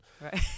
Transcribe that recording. Right